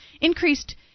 increased